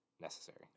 necessary